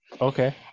Okay